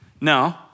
No